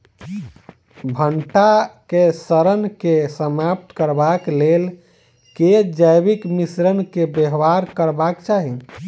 भंटा केँ सड़न केँ समाप्त करबाक लेल केँ जैविक मिश्रण केँ व्यवहार करबाक चाहि?